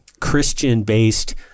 Christian-based